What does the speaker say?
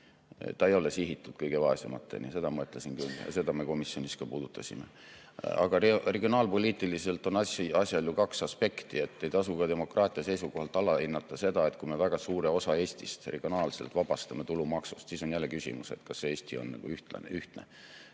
Ta ei ole sihitud kõige vaesematele, seda ma ütlesin küll ja seda me komisjonis ka puudutasime. Aga regionaalpoliitiliselt on asjal ju kaks aspekti. Ei tasu ka demokraatia seisukohalt alahinnata seda, et kui me väga suure osa Eestist regionaalselt vabastame tulumaksust, siis on jälle küsimus, kas Eesti on ühtne.